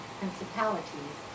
principalities